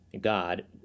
God